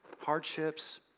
hardships